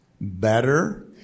better